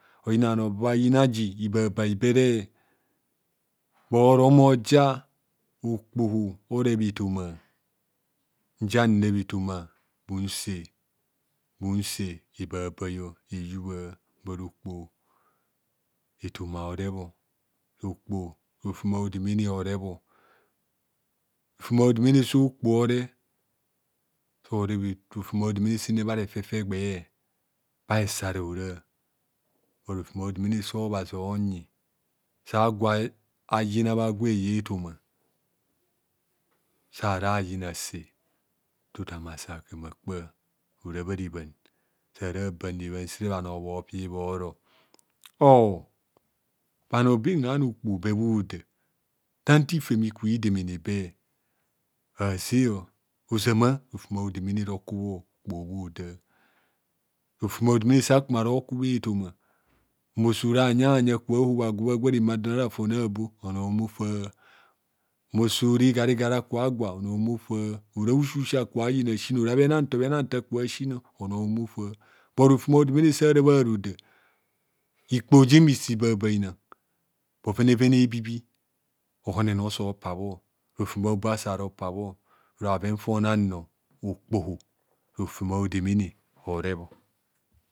. Oyina bhano ba yina ji ibabi bere. bhoro mmoja okpoho oreb etoma njan reb etoma mmunse mnunse ebabai ehua bar okpoho etoma orebho okpo rofem a'odemene orebho rofem a'odemene sa okpo oreb so reb rofem a'odemene sere bha refefe gbeh bha hesare hora bur rofem odemene sa obhazi onyi sa gwoba'yina bha gwa eyo etoma sara yina se tutu mma sa kpem akpa ora bha rebhan sara ban rebhansere bhano bhopi bhoro oh bhano bem unham okpoho be bho hoda tanta ifem iki demenebe haze ozama rofem odemene roku bha okpoho oda rofem a'odemene sakuma roku bhe to ma mmoso ra bha nyayi aka hobha agwa bhagwa rema don ara fon abo ono omofa mosora igarigari akagwa onor omofaa. ora bhusibhusi aka yine asinor ora bhenantor bhenantor aka sino onor omofa bur rofem a'odemene sara bhoaroda ikpoji mmi sibabai na bhovenvene ebibiri ohonene osopabho rofem a'obe asa ropabho ora bhoven fona nno okpohorofem a'odemene orebho